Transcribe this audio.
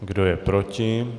Kdo je proti?